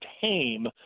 tame –